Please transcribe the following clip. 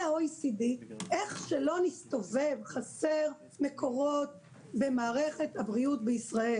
ה-OECD איך שלא נסתובב חסר מקורות במערכת הבריאות בישראל.